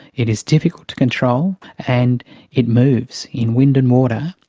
it is difficult to control, and it moves in wind and water,